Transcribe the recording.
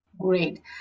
Great